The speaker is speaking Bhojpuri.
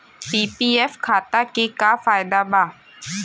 पी.पी.एफ खाता के का फायदा बा?